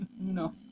No